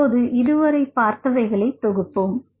இப்போது இதுவரை பார்த்தவைகளை தொகுப்போம்